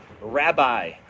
rabbi